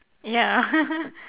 ya